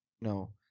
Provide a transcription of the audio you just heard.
No